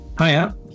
Hiya